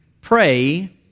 pray